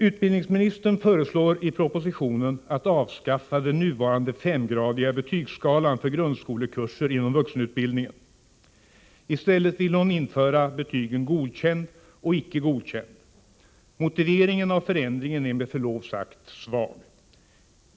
Utbildningsministern förslår i propositionen ett avskaffande av den nuvarande femgradiga betygsskalan för grundskolekurser. I stället vill hon införa betygen godkänd och icke godkänd. Motiveringen av förändringen är med förlov sagt svag.